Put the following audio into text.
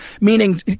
meaning